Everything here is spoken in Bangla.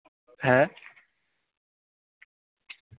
হ্যাঁ